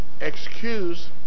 Excuse